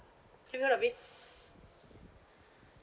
have you heard of it